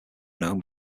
known